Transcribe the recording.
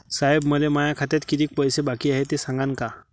साहेब, मले माया खात्यात कितीक पैसे बाकी हाय, ते सांगान का?